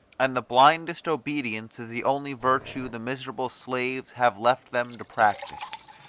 and the blindest obedience is the only virtue the miserable slaves have left them to practise.